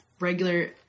regular